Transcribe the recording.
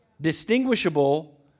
distinguishable